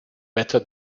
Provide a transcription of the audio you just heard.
better